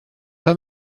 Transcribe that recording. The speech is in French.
pas